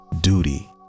Duty